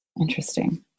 Interesting